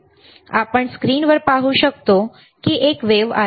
बरोबर आपण स्क्रीनवर पाहू शकतो की एक वेव्ह लाट आहे